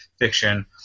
fiction